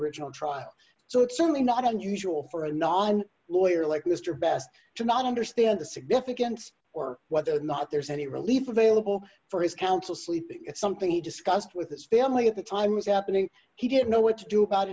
original trial so it's certainly not unusual for a non lawyer like mr best to not understand the significance or whether or not there's any relief available for his counsel sleeping something he discussed with his family at the time was happening he didn't know what to do about